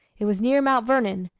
it was near mount vernon,